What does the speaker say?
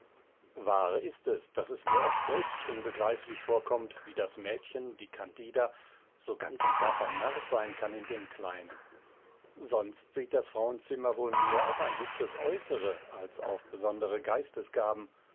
wahr ist es daß es mir oft selbst unbegreiflich vorkommt wie das mädchen die candida so ganz und gar vernarrt sein kann in den kleinen sonst sieht das frauenzimmer wohl mehr auf ein hübsches äußere als auf besondere